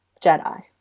Jedi